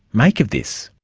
make of this?